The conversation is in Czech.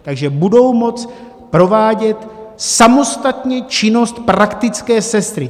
Takže budou moct provádět samostatně činnost praktické sestry.